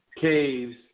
caves